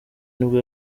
nibwo